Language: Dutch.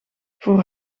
voor